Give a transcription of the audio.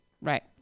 right